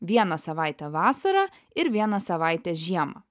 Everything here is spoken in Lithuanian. vieną savaitę vasarą ir vieną savaitę žiemą